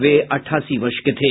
वे अठासी वर्ष के थे